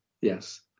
yes